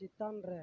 ᱪᱮᱛᱟᱱ ᱨᱮ